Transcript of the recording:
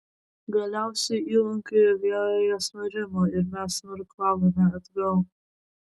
galiausiai įlankoje vėjas nurimo ir mes nuirklavome atgal